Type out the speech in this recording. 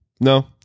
no